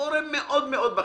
גורם מאוד-מאוד בכיר.